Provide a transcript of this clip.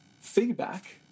feedback